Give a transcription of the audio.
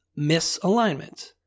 misalignment